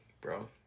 bro